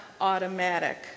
automatic